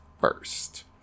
first